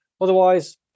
Otherwise